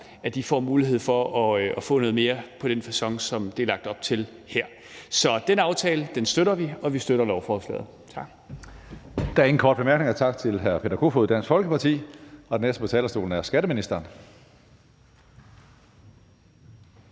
får mulighed for at få noget mere på den facon, som der er lagt op til her. Så den aftale støtter vi, og vi støtter lovforslaget. Tak. Kl. 16:09 Tredje næstformand (Karsten Hønge): Der er ingen korte bemærkninger. Tak til hr. Peter Kofod, Dansk Folkeparti. Den næste på talerstolen er skatteministeren.